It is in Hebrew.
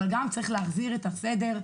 אבל גם צריך להחזיר את הסדר,